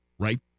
right